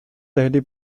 tehdy